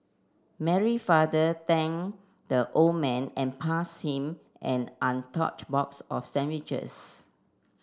Mary father thanked the old man and pass him an untouched box of sandwiches